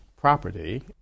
property